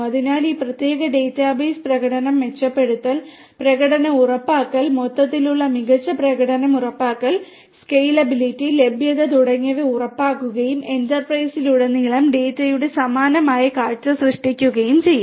അതിനാൽ ഈ പ്രത്യേക ഡാറ്റാബേസ് പ്രകടനം മെച്ചപ്പെടുത്തൽ പ്രകടനം ഉറപ്പാക്കൽ മൊത്തത്തിലുള്ള മികച്ച പ്രകടനം ഉറപ്പാക്കൽ സ്കേലബിളിറ്റി ലഭ്യത തുടങ്ങിയവ ഉറപ്പാക്കുകയും എന്റർപ്രൈസിലുടനീളം ഡാറ്റയുടെ സമാനമായ കാഴ്ച സൃഷ്ടിക്കുകയും ചെയ്യും